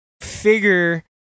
figure